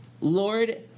Lord